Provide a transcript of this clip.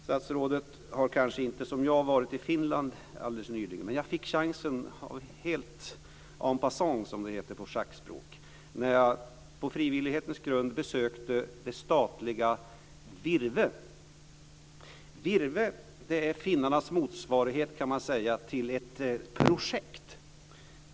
Statsrådet har kanske inte, som jag, varit i Finland alldeles nyligen. Jag fick chansen helt en passant, som det heter på schackspråk, när jag på frivillighetens grund besökte det statliga VIRVE. VIRVE är finländarnas motsvarighet, kan man säga, till ett projekt.